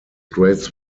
grades